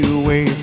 away